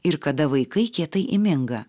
ir kada vaikai kietai įminga